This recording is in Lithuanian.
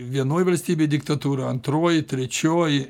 vienoj valstybėj diktatūra antroj trečioj